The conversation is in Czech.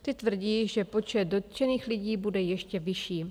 Ty tvrdí, že počet dotčených lidí bude ještě vyšší.